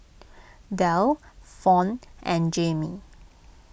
Delle Fawn and Jaime